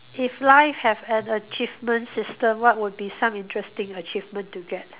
if life have an achievement system what will be some interesting achievement to get